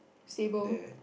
stable